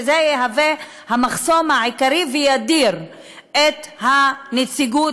שזה יהווה המחסום העיקרי וידיר את הנציגות